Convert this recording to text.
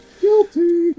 Guilty